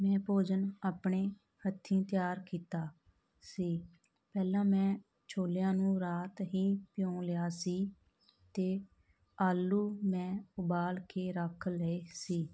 ਮੈਂ ਭੋਜਨ ਆਪਣੇ ਹੱਥੀਂ ਤਿਆਰ ਕੀਤਾ ਸੀ ਪਹਿਲਾਂ ਮੈਂ ਛੋਲਿਆਂ ਨੂੰ ਰਾਤ ਹੀ ਭਿਉਂ ਲਿਆ ਸੀ ਅਤੇ ਆਲੂ ਮੈਂ ਉਬਾਲ ਕੇ ਰੱਖ ਲਏ ਸੀ